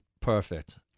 perfect